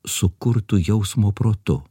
sukurtu jausmo protu